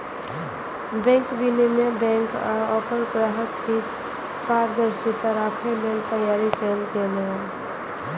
bank विनियमन bank आ ओकर ग्राहकक बीच पारदर्शिता राखै लेल तैयार कैल गेल छै